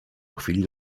chwili